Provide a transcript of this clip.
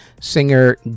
Singer